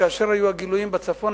כאשר היו הגילויים בצפון,